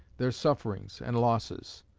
their sufferings and losses.